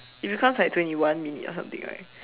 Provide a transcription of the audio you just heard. it becomes like twenty one minute or something like